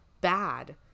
bad